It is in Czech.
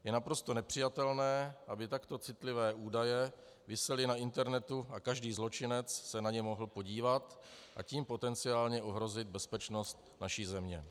Je naprosto nepřijatelné, aby takto citlivé údaje visely na internetu a každý zločinec se na ně mohl podívat, a tím potenciálně ohrozit bezpečnost naší země.